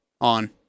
on